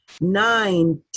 nine